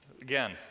again